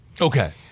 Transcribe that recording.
Okay